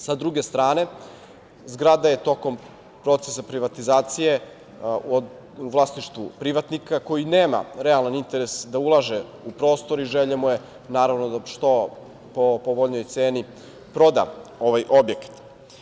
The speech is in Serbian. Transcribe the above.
S druge strane, zgrada je tokom procesa privatizacije u vlasništvu privatnika koji nema realan interes da ulaže u prostor i želja mu je da po što povoljnijoj ceni proda ovaj objekat.